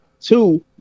Two